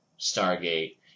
Stargate